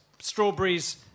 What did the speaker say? Strawberries